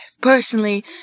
Personally